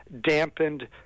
dampened